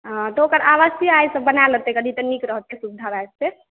हँ त ओकर आवासीय आइ सब बना लेतै कनी तऽ नीक रहतै सुविधा भऽ जेतै